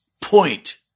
point